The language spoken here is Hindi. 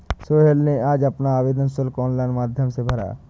सोहेल ने आज अपना आवेदन शुल्क ऑनलाइन माध्यम से भरा